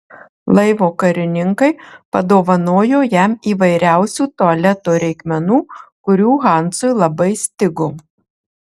laivo karininkai padovanojo jam įvairiausių tualeto reikmenų kurių hansui labai stigo